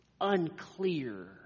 unclear